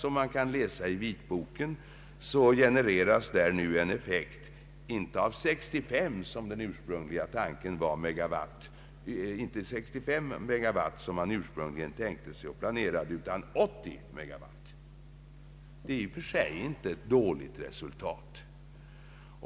Såsom man kan läsa i vitboken, regenereras där en effekt inte av 65 megawatt som man ursprungligen tänkte sig och planerade, utan av 80 megawatt. Det är i och för sig inte ett dåligt resultat.